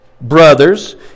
brothers